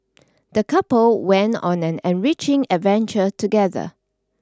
the couple went on an enriching adventure together